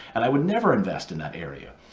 and i would never invest in that area.